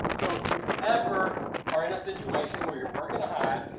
so if you ever are in a situation where you're working a hive,